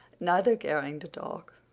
neither caring to talk.